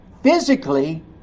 physically